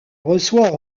reçoit